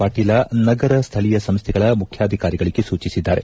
ಪಾಟೀಲ ನಗರ ಸ್ಥಳೀಯ ಸಂಸ್ಥೆಗಳ ಮುಖ್ಯಾಧಿಕಾರಿಗಳಿಗೆ ಸೂಚಿಸಿದ್ದಾರೆ